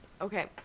Okay